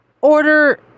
order